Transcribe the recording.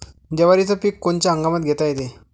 जवारीचं पीक कोनच्या हंगामात घेता येते?